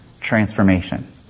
transformation